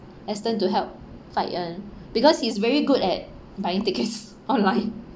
asked them to help fight [one] because he's very good at buying tickets online